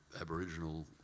Aboriginal